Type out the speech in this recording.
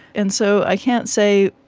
and so i can't say,